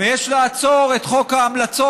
שיש לעצור את חוק ההמלצות,